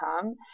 come